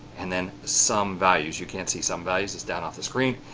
and then sum values. you can't see sum values, it's down off the screen.